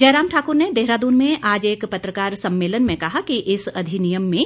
जयराम ठाकुर ने आज देहरादून में एक पत्रकार सम्मेलन में कहा कि इस अधिनियम में